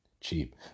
cheap